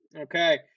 Okay